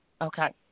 Okay